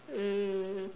mm